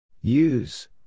Use